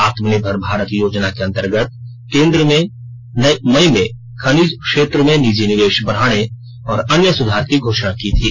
आत्मनिर्भर भारत योजना के अन्तर्गत केन्द्र ने मई में खनिज क्षेत्र में निजी निवेश बढ़ाने और अन्य सुधार की घोषणा की थी